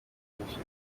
nyinshi